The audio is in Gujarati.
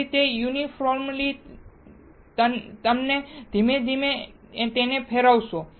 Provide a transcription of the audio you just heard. પછી તે યુનિફોર્મલી તેને ધીમે ધીમે ફેરવશે